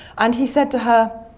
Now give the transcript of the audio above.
and he said to her,